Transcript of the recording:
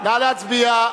להצביע.